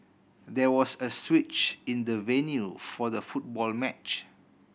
there was a switch in the venue for the football match